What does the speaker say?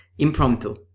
impromptu